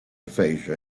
aphasia